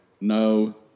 no